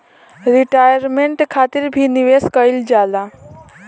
retirement खातिर भी निवेश कईल जाला